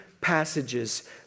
passages